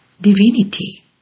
divinity